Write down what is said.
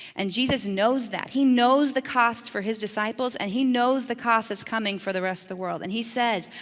and jesus knows that, he knows the cost for his disciples and he knows the cost that's coming for the rest of the world and he says,